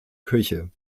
küche